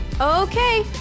Okay